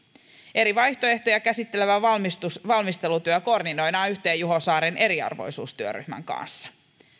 eri vaihtoehtoja käsittelevä valmistelutyö valmistelutyö koordinoidaan yhteen juho saaren eriarvoisuustyöryhmän kanssa